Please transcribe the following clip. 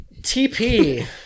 TP